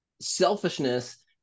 selfishness